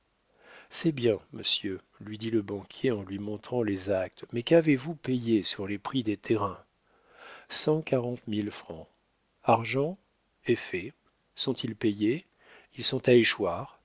c'est bien monsieur lui dit le banquier en lui montrant les actes mais qu'avez-vous payé sur les prix des terrains cent quarante mille francs argent effets sont-ils payés ils sont à échoir